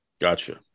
Gotcha